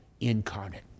incarnate